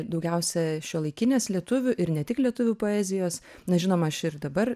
daugiausia šiuolaikinės lietuvių ir ne tik lietuvių poezijos na žinoma aš ir dabar